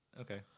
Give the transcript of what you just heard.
Okay